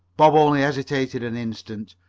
bob only hesitated an instant,